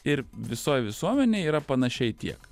ir visoj visuomenėj yra panašiai tiek